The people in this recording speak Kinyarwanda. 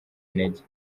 intege